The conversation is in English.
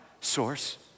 Source